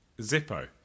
Zippo